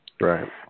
Right